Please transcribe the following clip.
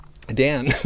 Dan